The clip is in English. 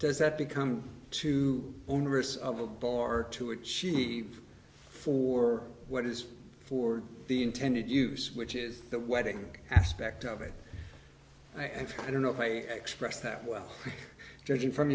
does that become too onerous of a bar to achieve for what is for the intended use which is that wedding aspect of it and i don't know if i expressed that well judging from